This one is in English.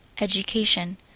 education